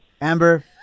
Amber